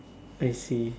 I see